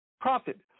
profit